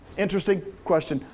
interesting question,